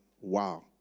wow